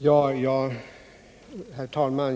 Herr talman!